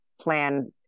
plan